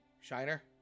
Shiner